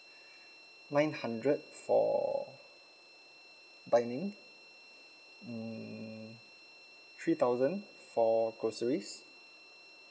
nine hundred for dining mm three thousand for groceries